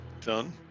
done